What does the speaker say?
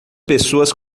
pessoas